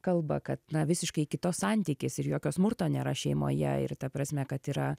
kalba kad na visiškai kitoks santykis ir jokio smurto nėra šeimoje ir ta prasme kad yra